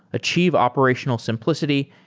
achieve operational simplicity,